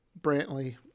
Brantley